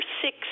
six